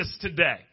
today